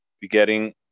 begetting